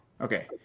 Okay